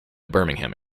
birmingham